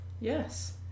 yes